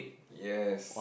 yes